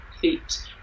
feet